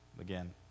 Again